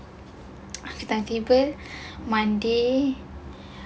aku timetable monday